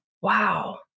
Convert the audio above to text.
Wow